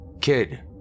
Kid